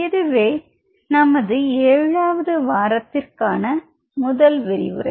இதுவே நமது ஏழாவது வாரத்திற்கான முதல் விரிவுரை